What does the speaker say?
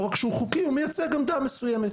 לא רק שהוא חוקי הוא מייצג עמדה מסוימת,